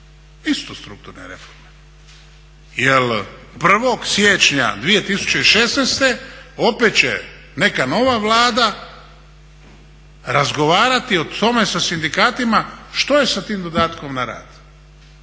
to strukturne reforme. Jer 1. siječnja 2016. opet će neka nova Vlada razgovarati o tome sa sindikatima što je sa tim dodatkom na rad,